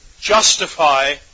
justify